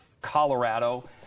Colorado